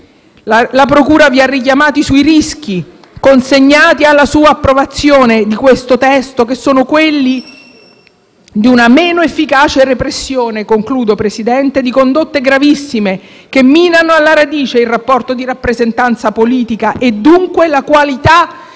La procura vi ha richiamati sui rischi collegati all'approvazione del testo in esame, che sono quelli di una meno efficace repressione di condotte gravissime che minano alla radice il rapporto di rappresentanza politica e dunque la qualità